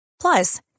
Plus